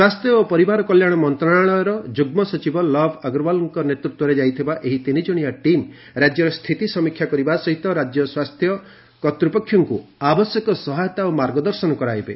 ସ୍ୱାସ୍ଥ୍ୟ ଓ ପରିବାର କଲ୍ୟାଣ ମନ୍ତ୍ରଣାଳୟର ଯୁଗ୍ମ ସଚିବ ଲବ୍ ଅଗ୍ରୱାଲଙ୍କ ନେତୃତ୍ୱରେ ଯାଇଥିବା ଏହି ତିନିଜଣିଆ ଟିମ୍ ରାଜ୍ୟର ସ୍ଥିତି ସମୀକ୍ଷା କରିବା ସହିତ ରାଜ୍ୟ ସ୍ୱାସ୍ଥ୍ୟ କର୍ତ୍ତୃପକ୍ଷଙ୍କୁ ଆବଶ୍ୟକ ସହାୟତା ଓ ମାର୍ଗଦର୍ଶନ କରାଇବେ